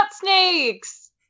snakes